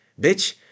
bitch